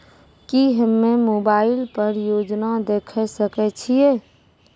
की हम्मे मोबाइल पर योजना देखय सकय छियै?